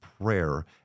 prayer